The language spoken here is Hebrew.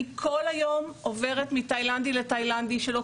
אני כל היום עוברת מתאילנדי לתאילנדי שלא